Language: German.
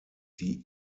die